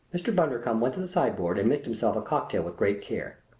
mr. bundercombe went to the sideboard and mixed himself a cocktail with great care.